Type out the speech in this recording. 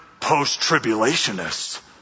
post-tribulationists